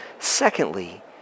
Secondly